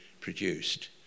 produced